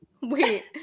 Wait